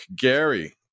Gary